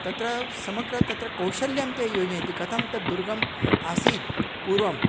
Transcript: तत्र समग्रं तत्र कौशल्यं ते योजयन्ति कथं तद्दुर्गम् आसीत् पूर्वं